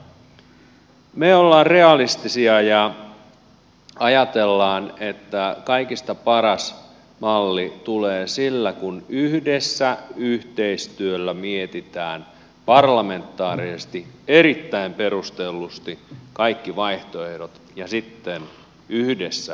mutta me olemme realistisia ja ajattelemme että kaikista paras malli tulee sillä kun yhdessä yhteistyöllä mietitään parlamentaarisesti erittäin perustellusti kaikki vaihtoehdot ja sitten yhdessä valitaan se